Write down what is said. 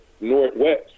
northwest